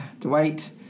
dwight